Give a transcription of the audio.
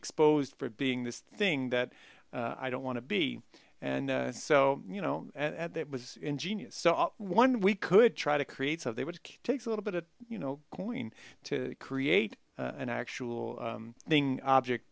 exposed for being this thing that i don't want to be and so you know at that was ingenious one we could try to create so they would take a little bit of you know going to create an actual thing object